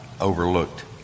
overlooked